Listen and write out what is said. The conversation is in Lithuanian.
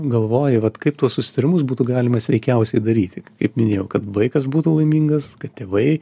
galvoji vat kaip tuos susitarimus būtų galima sveikiausiai daryti kaip minėjau kad vaikas būtų laimingas kad tėvai